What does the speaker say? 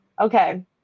Okay